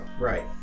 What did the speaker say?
right